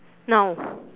no